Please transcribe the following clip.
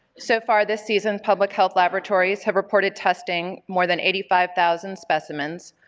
so far this season public health laboratories have reported testing more than eighty five thousand specimens,